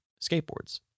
skateboards